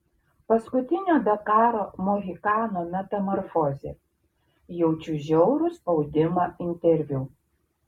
paskutinio dakaro mohikano metamorfozė jaučiu žiaurų spaudimą interviu